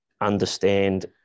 understand